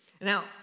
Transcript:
now